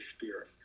Spirit